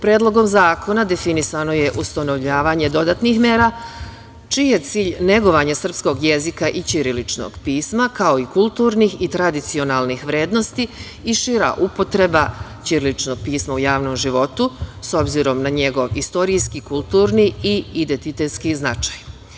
Predlogom zakona definisano je ustanovljavanje dodatnih mera čiji je cilj negovanje srpskog jezika i ćiriličnog pisma, kao i kulturnih i tradicionalnih vrednosti i šira upotreba ćiriličnog pisma u javnom životu, s obzirom na njegov istorijski, kulturni i identitetski značaj.